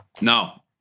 No